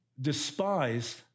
despised